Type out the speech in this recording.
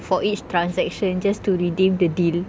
for each transaction just to redeem the deal